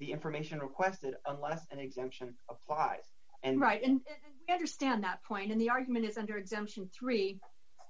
the information requested a lot as an exemption applies and right in your stand that point in the argument is under exemption three